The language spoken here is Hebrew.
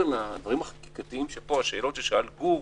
מעבר לשאלות ששאל גור,